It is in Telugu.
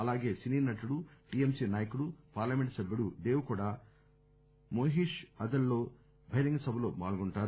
అలాగే సినీనటుడు టిఎంసి నాయకుడు పార్లమెంటు సభ్యుడు దేవ్ కూడా మొహీష్ అదల్ లో బహిరంగ సభలో పాల్గొంటారు